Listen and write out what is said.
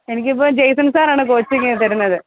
എനിക്കിപ്പോൾ Jason sir ആണ് coaching തരുന്നത്